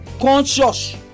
Conscious